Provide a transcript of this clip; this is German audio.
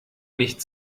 nicht